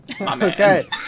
Okay